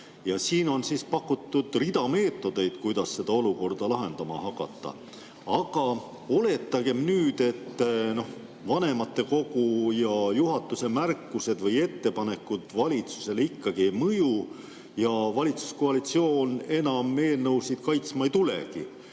ja siin on pakutud rida meetodeid, kuidas seda olukorda lahendama hakata. Aga oletagem nüüd, et vanematekogu ja juhatuse märkused või ettepanekud valitsusele ikkagi ei mõju ja valitsuskoalitsioon enam eelnõusid kaitsma ei tulegi